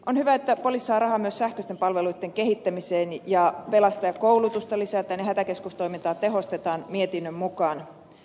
on hyvä että poliisi saa rahaa myös sähköisten palveluitten kehittämiseen ja pelastajakoulutusta lisätään ja hätäkeskustoimintaa tehostetaan mietinnön mukaan